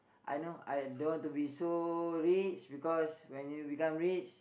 I know I don't want to be so rich because when you become rich